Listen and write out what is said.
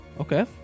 Okay